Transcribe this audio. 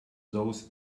those